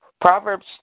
Proverbs